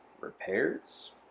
repairs